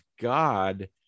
God